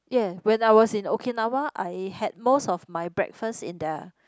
ya when I was in Okinawa I had most of my breakfast in their